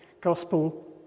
gospel